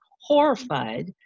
horrified